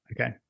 Okay